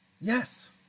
Yes